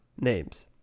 names